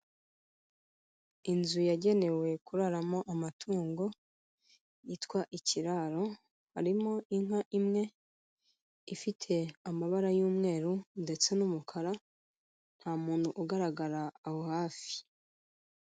Inzu yagenewe kuraramo amatungo, yitwa ikiraro harimo inka imwe ifite amabara y'umweru ndetse n'umukara, nta muntu ugaragara aho hafi.